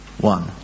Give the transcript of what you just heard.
One